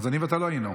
אז אני ואתה לא היינו.